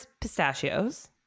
pistachios